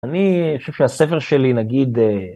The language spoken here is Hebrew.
אני חושב שהספר שלי, נגיד...